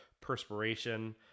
perspiration